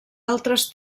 altres